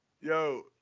Yo